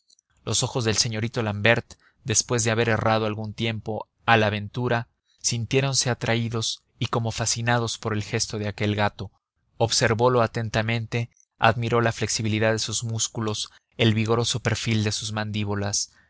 los ojos del señorito l'ambert después de haber errado algún tiempo a la ventura sintiéronse atraídos y como fascinados por el gesto de aquel gato observolo atentamente admiró la flexibilidad de sus músculos el vigoroso perfil de sus mandíbulas